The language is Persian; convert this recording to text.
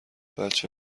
بچه